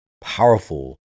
powerful